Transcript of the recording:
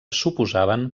suposaven